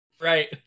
right